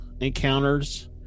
encounters